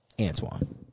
Antoine